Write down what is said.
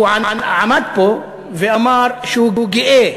הוא עמד פה ואמר שהוא גאה